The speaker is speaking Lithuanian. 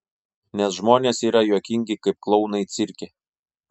nes žmonės yra juokingi kaip klounai cirke